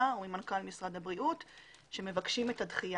וממנכ"ל משרד הבריאות שמבקשים את הדחייה.